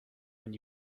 when